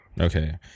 okay